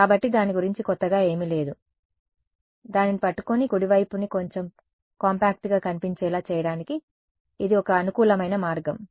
కాబట్టి దాని గురించి కొత్తగా ఏమీ లేదు దానిని పట్టుకుని కుడి వైపుని కొంచెం కాంపాక్ట్గా కనిపించేలా చేయడానికి ఇది ఒక అనుకూలమైన మార్గం